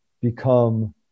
become